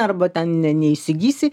arba ten ne neįsigysi